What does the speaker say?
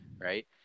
right